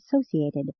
associated